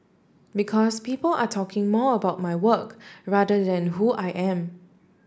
because people are talking more about my work rather than who I am